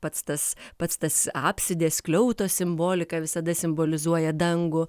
pats tas pats tas apsidė skliauto simbolika visada simbolizuoja dangų